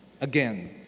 Again